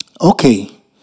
Okay